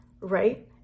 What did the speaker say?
right